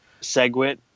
Segwit